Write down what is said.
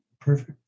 Perfect